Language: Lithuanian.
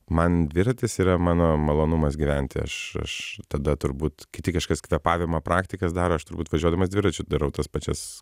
man dviratis yra mano malonumas gyventi aš aš tada turbūt kiti kažkas kvėpavimo praktikas daro aš turbūt važiuodamas dviračiu darau tas pačias